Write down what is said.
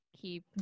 keep